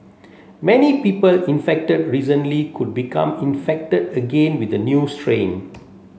many people infected recently could become infected again with a new strain